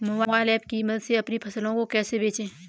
Mobile app की मदद से अपनी फसलों को कैसे बेचें?